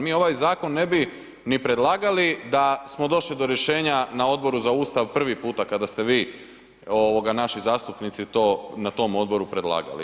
Mi ovaj zakon ne bi ni predlagali da smo došli do rješenja na Odboru za Ustav prvi puta kada ste vi, naši zastupnici to na tom odboru predlagali.